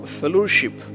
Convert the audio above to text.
fellowship